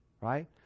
right